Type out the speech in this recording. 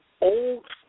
old